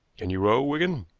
can you row, wigan?